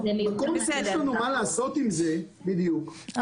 במקום שאין לנו מה לעשות עם זה --- הכוונה